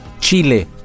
Chile